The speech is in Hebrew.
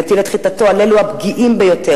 מטיל את חתתו על אלו הפגיעים ביותר,